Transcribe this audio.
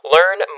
Learn